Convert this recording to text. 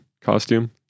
costume